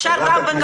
אפשר גם וגם.